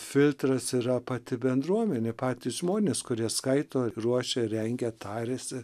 filtras yra pati bendruomenė patys žmonės kurie skaito ruošia rengia tariasi